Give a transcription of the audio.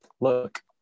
look